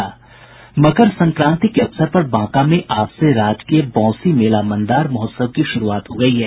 मकर संक्रांति के अवसर पर बांका में आज से राजकीय बोंसी मेला मंदार महोत्सव की शुरूआत हो गयी है